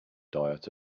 diet